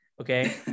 Okay